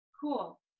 Cool